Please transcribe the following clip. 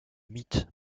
mitte